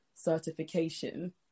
certification